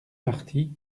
marty